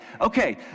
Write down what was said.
okay